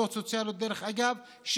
דרך אגב,